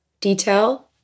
detail